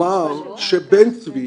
שבן צבי,